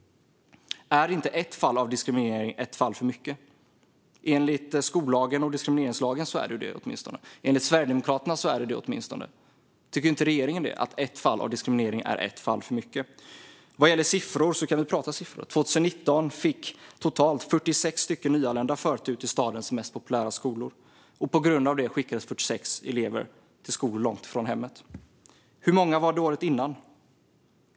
Är inte ett fall av diskriminering ett fall för mycket? Enligt skollagen och diskrimineringslagen är det åtminstone det, och enligt Sverigedemokraterna är det det. Tycker inte regeringen att ett fall av diskriminering är ett fall för mycket? Vad gäller siffror kan vi prata om dem. År 2019 fick totalt 46 nyanlända förtur till stadens mest populära skolor. På grund av detta skickades 46 elever till skolor långt ifrån hemmet. Hur många var det året innan?